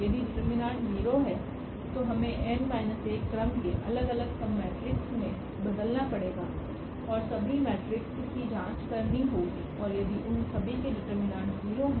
यदि डिटरमिनेंट 0 है तो हमें n 1 क्रम के अलग अलगसबमेट्रिक्स मे बदलना पड़ेगा ओर सभीसबमेट्रिक्स कीजांच करनी होगी और यदि उन सभी के डिटरमिनेंट 0 हैं